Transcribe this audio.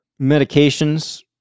medications